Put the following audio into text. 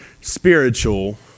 spiritual